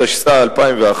התשס"א 2001,